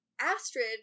astrid